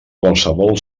qualsevol